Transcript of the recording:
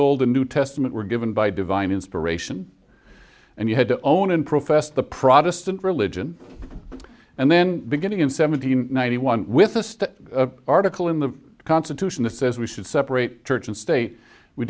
and new testament were given by divine inspiration and you had to own and profess the protestant religion and then beginning in seventeen ninety one with us that article in the constitution it says we should separate church and state we